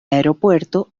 aeropuerto